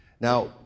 Now